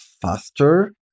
faster